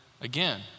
Again